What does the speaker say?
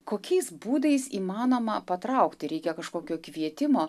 kokiais būdais įmanoma patraukti reikia kažkokio kvietimo